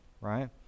right